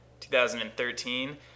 2013